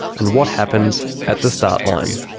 and what happens at the start line.